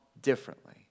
differently